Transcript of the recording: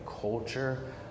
culture